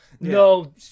no